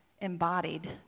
embodied